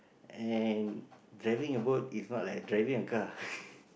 and driving a boat is not like driving a car